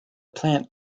plant